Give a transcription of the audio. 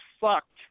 fucked